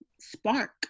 spark